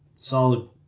solid